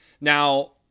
Now